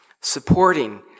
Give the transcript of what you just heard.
Supporting